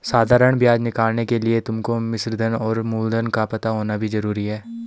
साधारण ब्याज निकालने के लिए तुमको मिश्रधन और मूलधन का पता होना भी जरूरी है